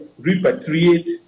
repatriate